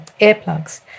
earplugs